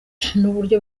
n’uburyo